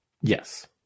Yes